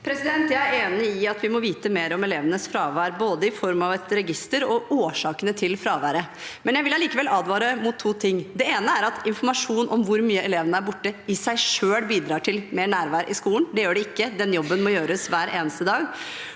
Jeg er enig i at vi må vite mer om elevenes fravær, både i form av et register og årsakene til fraværet, men jeg vil allikevel advare mot to ting. Det ene er at informasjon om hvor mye elevene er borte, i seg selv skal bidra til mer nærvær i skolen. Det gjør det ikke, den jobben må gjøres hver eneste dag.